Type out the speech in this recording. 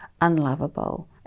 unlovable